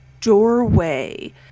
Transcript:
doorway